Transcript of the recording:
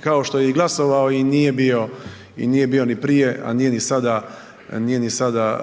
kao što je i glasovao i nije bio i nije bio ni prije, a nije ni sada, nije ni sada